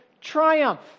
triumph